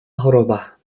choroba